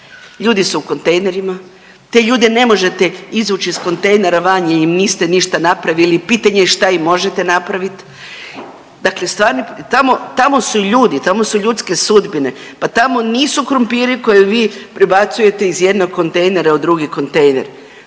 ljudi su u kontejnerima, te ljude ne možete izvući iz kontejnera van jer im niste ništa napravili i pitanje je šta im možete napraviti. Dakle stvarni, tamo, tamo su ljudi, tamo su ljudske sudbine, pa tamo nisu krumpiri koje vi prebacujete iz jednog kontejnera u drugi kontejner.